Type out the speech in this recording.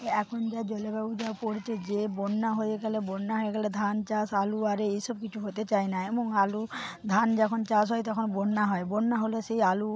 এখন যা জলবায়ু যা পড়ছে যে বন্যা হয়ে গেলে বন্যা হয়ে গেলে ধান চাষ আলু আরে এইসব কিছু হতে চায় না এবং আলু ধান যখন চাষ হয় তখন বন্যা হয় বন্যা হলে সেই আলু